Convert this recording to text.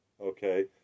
Okay